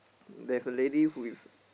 there's a lady who is